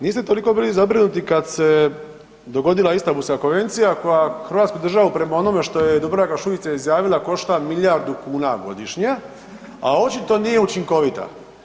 Niste toliko bili zabrinuti kada se dogodila Istambulska konvencija koja Hrvatsku državu prema onome što je Dubravka Šuica izjavila košta milijardu kuna godišnje, a očito nije učinkovita.